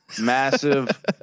Massive